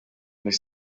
nicht